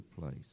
place